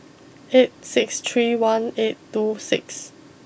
eight six three one eight two six